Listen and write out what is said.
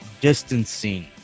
distancing